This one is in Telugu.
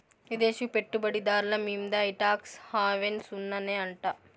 విదేశీ పెట్టుబడి దార్ల మీంద ఈ టాక్స్ హావెన్ సున్ననే అంట